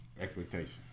Expectation